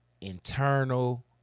internal